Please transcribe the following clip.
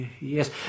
yes